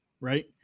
Right